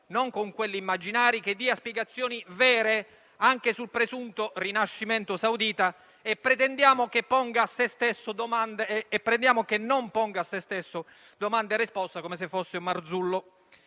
non con quelli immaginari, che dia spiegazioni vere anche sul presunto rinascimento saudita. E pretendiamo che egli stesso non ponga domande e dia risposte come se fosse Marzullo.